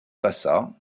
passa